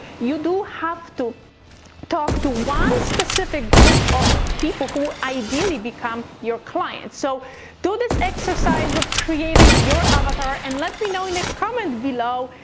you do have to talk to one specific group of people who ideally become your clients. so do this exercise of creating your avatar and let me know in the comments below,